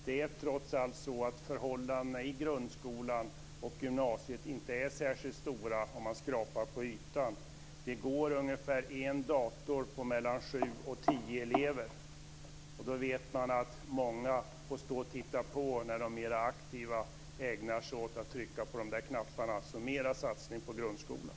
Det är trots allt så att förhållandena i grundskolan och gymnasiet inte är särskilt goda om man skrapar på ytan. Det går ungefär en dator på mellan sju och tio elever. Och då vet man att många får titta på när de mer aktiva ägnar sig åt att trycka på knapparna. Så mer satsning på grundskolan!